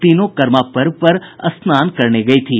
तीनों करमा पर्व पर स्नान करने गयी थी